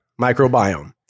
microbiome